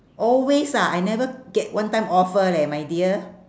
always ah I never get one time offer leh my dear